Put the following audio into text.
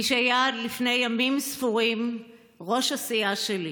מי שהיה עד לפני ימים ספורים ראש הסיעה שלי,